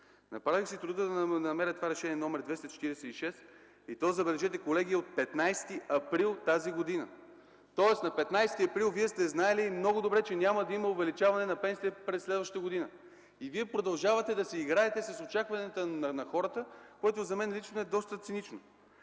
Направих си труда да намеря Решение № 246. Колеги, забележете, от 15 април тази година, тоест на 15 април Вие сте знаели много добре, че няма да има увеличение на пенсиите през следващата година. Вие продължавате да си играете с очакванията на хората, което за мен лично е доста цинично.